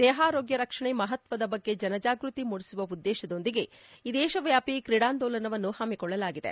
ದೇಹಾರೋಗ್ಯ ರಕ್ಷಣೆಯ ಮಹತ್ವದ ಬಗ್ಗೆ ಜನಜಾಗೃತಿ ಮೂದಿಸುವ ಉದ್ದೇಶದೊಂದಿಗೆ ಈ ದೇಶವ್ಯಾಪಿ ಕ್ರೀಡಾಂದೋಲನವನ್ನು ಹಮ್ಮಿಕೊಳ್ಳಲಾಗಿದೆ